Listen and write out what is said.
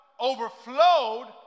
overflowed